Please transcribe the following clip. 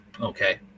Okay